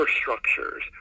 structures